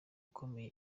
ukomeye